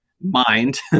mind